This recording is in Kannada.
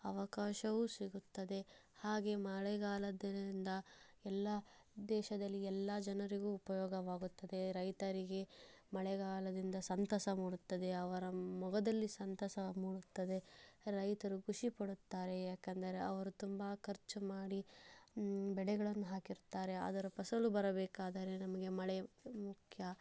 ಅವಕಾಶವೂ ಸಿಗುತ್ತದೆ ಹಾಗೆ ಮಳೆಗಾಲದಿಂದ ಎಲ್ಲ ದೇಶದಲ್ಲಿ ಎಲ್ಲ ಜನರಿಗೂ ಉಪಯೋಗವಾಗುತ್ತದೆ ರೈತರಿಗೆ ಮಳೆಗಾಲದಿಂದ ಸಂತಸ ಮೂಡುತ್ತದೆ ಅವರ ಮುಗದಲ್ಲಿ ಸಂತಸ ಮೂಡುತ್ತದೆ ರೈತರು ಖುಷಿ ಪಡುತ್ತಾರೆ ಏಕೆಂದರೆ ಅವರು ತುಂಬ ಖರ್ಚು ಮಾಡಿ ಬೆಳೆಗಳನ್ನು ಹಾಕಿರುತ್ತಾರೆ ಅದರ ಫಸಲು ಬರಬೇಕಾದರೆ ನಮಗೆ ಮಳೆ ಮುಖ್ಯ